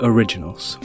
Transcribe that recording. Originals